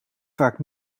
vaak